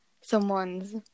someone's